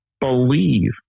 believe